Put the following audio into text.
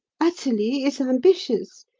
athalie is ambitious.